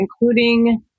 including